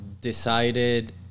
decided